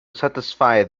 satisfy